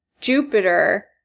Jupiter